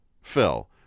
Phil